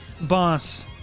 boss